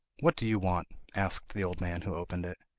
what do you want asked the old man who opened it.